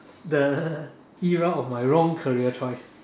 the era of my wrong career choice